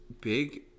big